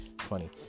funny